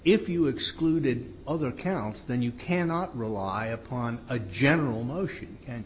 if you excluded other counts then you cannot rely upon a general motion